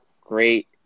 great